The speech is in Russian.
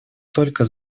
только